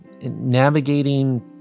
navigating